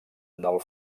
del